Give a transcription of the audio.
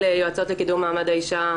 יועצות לקידום מעמד האישה,